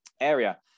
area